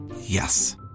Yes